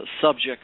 subjects